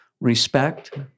respect